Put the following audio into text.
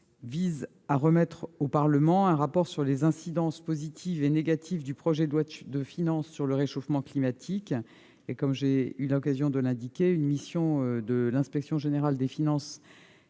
vise à remettre au Parlement un rapport relatif aux incidences positives et négatives du projet de loi de finances sur le réchauffement climatique. J'ai eu l'occasion de l'indiquer, une mission de l'Inspection générale des finances et du